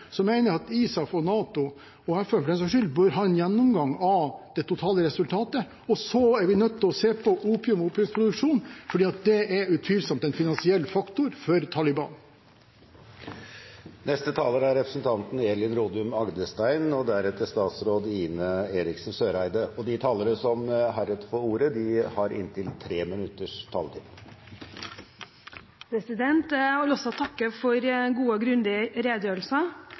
så er vi nødt til å se på opium og opiumsproduksjon, for det er utvilsomt en finansiell faktor for Taliban. De talerne som heretter får ordet, har en taletid på inntil 3 minutter. Jeg vil også takke for gode og grundige redegjørelser,